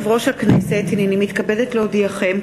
הנני מתכבדת להודיעכם,